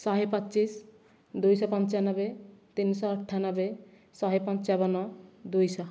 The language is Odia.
ଶହେ ପଚିଶି ଦୁଇଶହ ପଞ୍ଚାନବେ ତିନିଶହ ଅଠାନବେ ଶହେ ପଞ୍ଚାବନ ଦୁଇଶହ